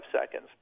seconds